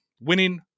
winning